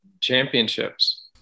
championships